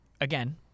again